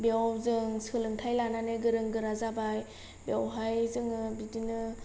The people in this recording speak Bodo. बेयाव जों सोलोंथाय लानानै गोरों गोरा जाबाय बेवहाय जोङो बिदिनो